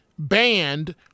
Banned